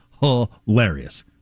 hilarious